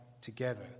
together